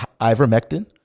ivermectin